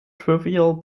trivial